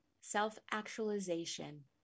self-actualization